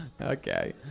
Okay